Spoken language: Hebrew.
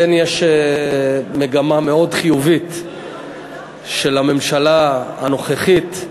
לכן יש מגמה מאוד חיובית של הממשלה הנוכחית,